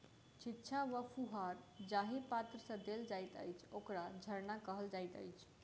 छिच्चा वा फुहार जाहि पात्र सँ देल जाइत अछि, ओकरा झरना कहल जाइत अछि